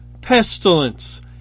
pestilence